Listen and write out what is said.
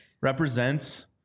represents